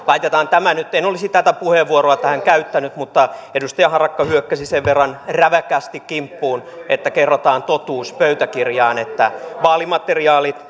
en olisi tätä puheenvuoroa tähän käyttänyt mutta edustaja harakka hyökkäsi sen verran räväkästi kimppuuni että kerrotaan totuus pöytäkirjaan että vaalimateriaalit